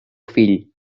fill